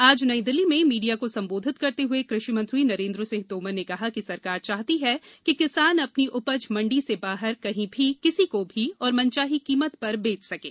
आज नई दिल्ली में मीडिया को संबोधित करते हुए कृषि मंत्री नरेन्द्र सिंह तोमर ने कहा कि सरकार चाहती है कि किसान अपनी उपज मंडी से बाहर कहीं भी किसी को भी और मनचाही कीमत पर बेच सकें